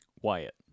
Wyatt